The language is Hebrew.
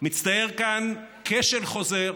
"מצטייר כאן כשל חוזר"